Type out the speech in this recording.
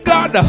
God